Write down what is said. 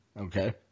Okay